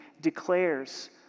declares